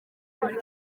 muri